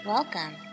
Welcome